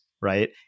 right